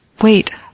wait